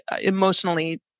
emotionally